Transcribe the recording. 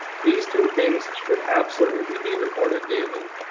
these two things should absolutely be recorded daily.